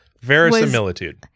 Verisimilitude